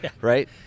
Right